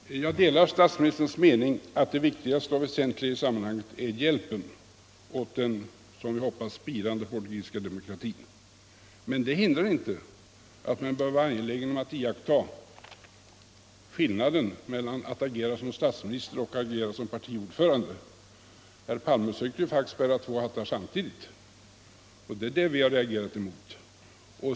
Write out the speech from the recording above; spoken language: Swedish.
Herr talman! Jag delar statsministerns mening att det väsentliga i sammanhanget är hjälpen åt den som vi hoppas spirande portugisiska demokratin, men det hindrar inte att man bör vara angelägen om att iaktta skillnaden emellan att agera som statsminister och att agera som partiordförande. Herr Palme försökte faktiskt bära två hattar samtidigt, och det är detta vi har reagerat emot.